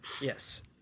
Yes